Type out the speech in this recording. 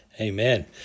Amen